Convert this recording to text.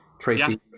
Tracy